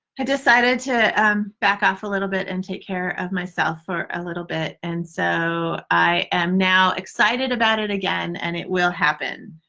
i decided to um back off a little bit and take care of myself for a little bit and so i am now excited about it again and it will happen.